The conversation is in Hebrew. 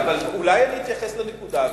אבל אולי אני אתייחס לנקודה.